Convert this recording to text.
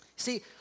See